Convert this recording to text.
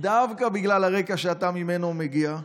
דווקא בגלל הרקע שאתה ממנו מגיע,